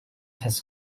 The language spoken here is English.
his